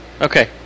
okay